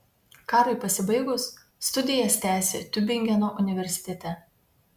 karui pasibaigus studijas tęsė tiubingeno universitete